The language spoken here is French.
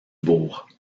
bourg